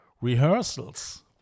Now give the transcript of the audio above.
rehearsals